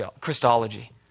Christology